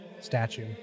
statue